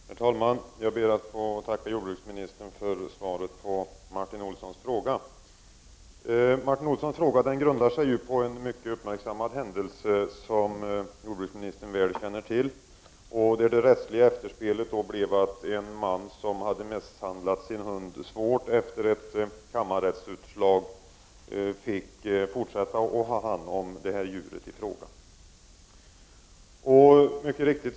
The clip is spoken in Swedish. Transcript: Herr talman! Jag ber att få tacka jordbruksministern för svaret på Martin Olssons fråga. Martin Olssons fråga grundar sig på en mycket uppmärksammad händelse som jordbruksministern väl känner till. Det rättsliga efterspelet blev att en man, som hade misshandlat sin hund svårt, efter ett kammarrättsutslag fick fortsätta att ha hand om djuret i fråga.